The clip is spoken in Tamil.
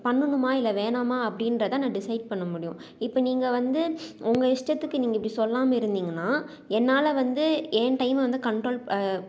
பண்ணணுமா இல்லை வேணாமா அப்படீன்றத நான் டிசைட் பண்ணமுடியும் இப்போ நீங்கள் வந்து உங்கள் இஷ்டத்துக்கு நீங்கள் இப்படி சொல்லாமல் இருந்தீங்கனால் என்னால் வந்து என் டைமை வந்து கண்ட்ரோல்